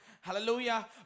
Hallelujah